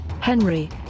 Henry